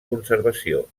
conservació